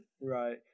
Right